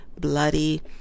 bloody